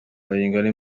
bayingana